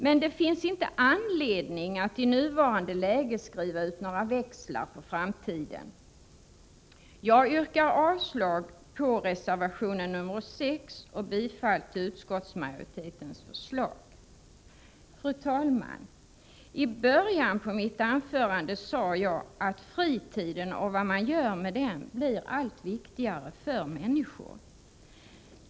Men det finns inte anledning att i nuvarande läge skriva ut några växlar på framtiden. Jag yrkar avslag på reservationen nr 6 och bifall till utskottsmajoritetens förslag. Fru talman! I början på mitt anförande sade jag att fritiden och vad man gör med den blir allt viktigare för människorna.